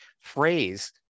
phrase